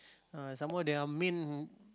uh some more their main